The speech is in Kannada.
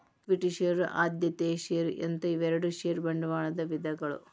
ಇಕ್ವಿಟಿ ಷೇರು ಆದ್ಯತೆಯ ಷೇರು ಅಂತ ಇವೆರಡು ಷೇರ ಬಂಡವಾಳದ ವಿಧಗಳು